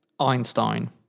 Einstein